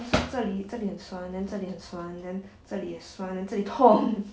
这里这里很酸 then 这里很酸 then 这里也酸 then 这里痛